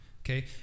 okay